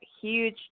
huge